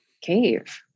cave